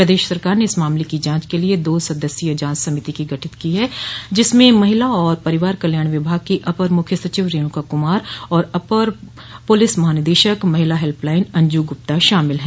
प्रदेश सरकार ने इस मामले की जांच के लिए दो सदस्यीय जांच समिति गठित की है जिसमें महिला और परिवार कल्याण विभाग की अपर मुख्य सचिव रेणुका कुमार और अपर पुलिस महानिदेशक महिला हेल्प लाइन अंजू गुप्ता शामिल है